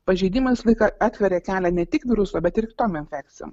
pažeidimai visą laiką atveria kelią ne tik viruso bet ir kitom infekcijom